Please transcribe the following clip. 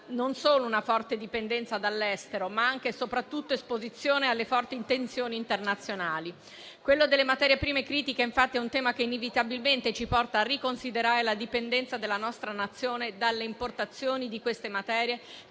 non solo una forte dipendenza dall'estero, ma anche e soprattutto esposizione alle forti tensioni internazionali. Quello delle materie prime critiche è infatti un tema che inevitabilmente ci porta a riconsiderare la dipendenza della nostra Nazione dalle importazioni di queste materie